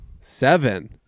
Seven